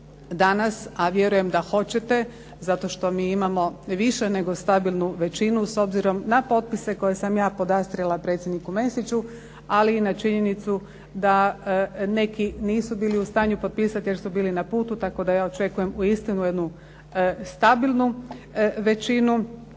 danas, a vjerujem da hoćete, zato što mi imamo više nego stabilnu većinu s obzirom na potpise koje sam je podastrijla predsjedniku Mesiću, ali i na činjenicu da neki nisu bili u stanju potpisati jer su bili na putu. Tako da ja očekujem uistinu jednu stabilnu većinu.